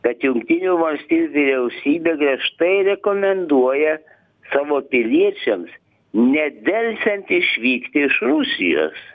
kad jungtinių valstijų vyriausybė griežtai rekomenduoja savo piliečiams nedelsiant išvykti iš rusijos